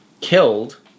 killed